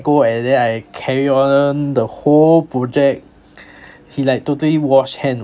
go and then I carry on the whole project he like totally wash hand